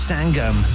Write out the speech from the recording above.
Sangam